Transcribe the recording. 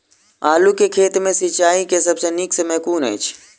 आलु केँ खेत मे सिंचाई केँ सबसँ नीक समय कुन अछि?